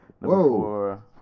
Whoa